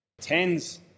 tens